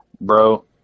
bro